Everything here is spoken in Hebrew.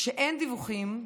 כשאין דיווחים,